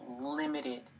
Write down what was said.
limited